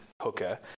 hooker